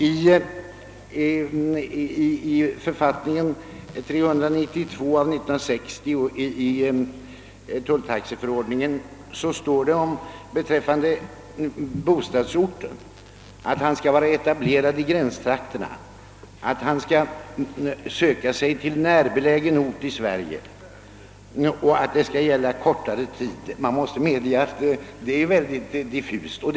I tulltaxeförordningen står det i 8 16 beträffande bostadsorten, att vederbörande skall vara etablerad »i gränstrakterna», att han skall söka sig till »närbelägen ort» i Sverige och att det skall gälla »kortare tid». Man måste medge att detta är mycket diffust uttryckt.